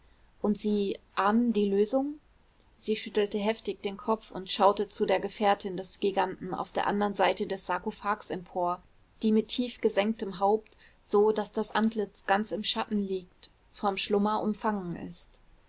und sie ahnen die lösung sie schüttelte heftig den kopf und schaute zu der gefährtin des giganten auf der anderen seite des sarkophags empor die mit tief gesenktem haupt so daß das antlitz ganz im schatten liegt vom schlummer umfangen ist